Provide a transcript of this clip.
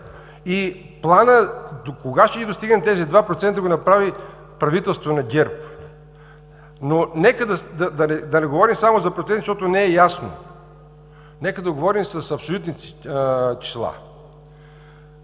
и плана докога ще ги достигнем тези 2% го направи правителството на ГЕРБ. Нека да не говорим само за проценти, защото не е ясно. Нека да говорим с абсолютни числа.